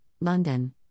London